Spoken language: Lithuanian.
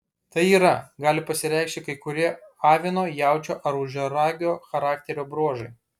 tai yra gali pasireikšti kai kurie avino jaučio ar ožiaragio charakterio bruožai